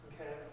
Okay